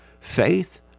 Faith